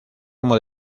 como